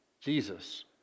Jesus